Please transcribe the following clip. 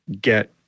get